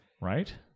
right